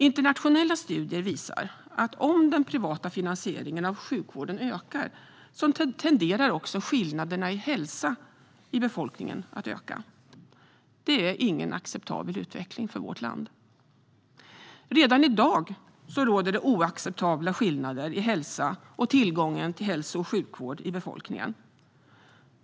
Internationella studier visar att om den privata finansieringen av sjukvården ökar tenderar också skillnaderna i hälsa i befolkningen att öka. Det är ingen acceptabel utveckling för vårt land. Redan i dag råder oacceptabla skillnader i hälsa och tillgången till hälso och sjukvård i befolkningen.